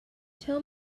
tell